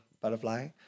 butterfly